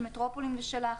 של מטרופולין ושל האחרים,